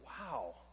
wow